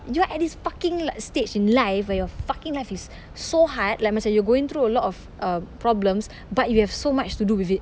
you're at his fucking like stage in life where your fucking life is so hard like macam you're going through a lot of uh problems but you have so much to do with it